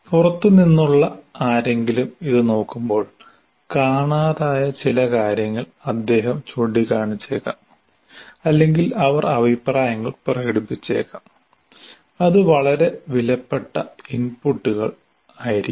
പുറത്തുനിന്നുള്ള ആരെങ്കിലും അത് നോക്കുമ്പോൾ കാണാതായ ചില കാര്യങ്ങൾ അദ്ദേഹം ചൂണ്ടിക്കാണിച്ചേക്കാം അല്ലെങ്കിൽ അവർ അഭിപ്രായങ്ങൾ പ്രകടിപ്പിച്ചേക്കാം അത് വളരെ വിലപ്പെട്ട ഇൻപുട്ടുകൾ ആയിരിക്കും